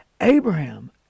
Abraham